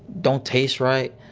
don't taste right.